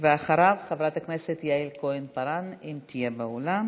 אחריו, חברת הכנסת יעל כהן-פארן, אם תהיה באולם.